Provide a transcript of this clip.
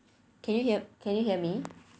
can you hear me can you hear me